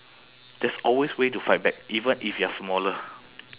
there's always way to fight back even if you are smaller